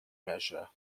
measure